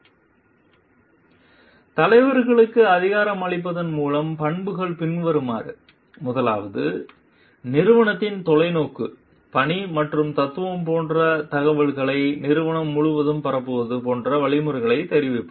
slide நேரம் 2147 பார்க்கவும் தலைவர்களுக்கு அதிகாரம் அளிப்பதன் முக்கிய பண்புகள் பின்வருமாறு முதலாவதாக நிறுவனத்தின் தொலைநோக்கு பணி மற்றும் தத்துவம் போன்ற தகவல்களை நிறுவனம் முழுவதும் பரப்புவது போன்ற வழிமுறைகளைத் தெரிவிப்பது